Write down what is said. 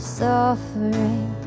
suffering